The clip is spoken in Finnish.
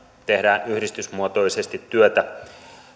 tehdään yhdistysmuotoisesti työtä